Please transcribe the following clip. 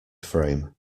frame